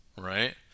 right